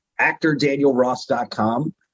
actordanielross.com